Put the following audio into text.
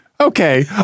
Okay